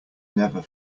never